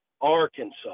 Arkansas